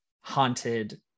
haunted